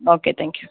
okay thank you